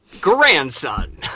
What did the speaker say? grandson